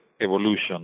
evolution